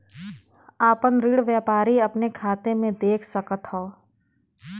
आपन ऋण व्यापारी अपने खाते मे देख सकत हौ